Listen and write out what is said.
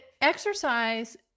exercise